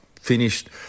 finished –